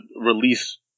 release